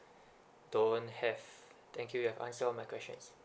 don't have thank you your answer on my questions